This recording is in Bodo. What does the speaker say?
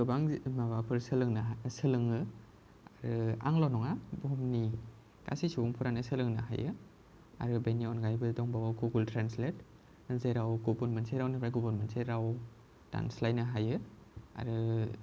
गोबां माबाफोर सोलोंनो हा सोलोङो आरो आंल' नङा बुहुमनि गासै सुबुंफोरानो सोलोंनो हायो आरो बिनि अनगायैबो दंबावो गुगल ट्रेन्सलेट जेराव गुबुन मोनसे रावनिफ्राय गुबुन मोनसे राव दानस्लायनो हायो आरो